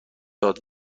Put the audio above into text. داد